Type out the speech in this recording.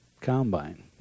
combine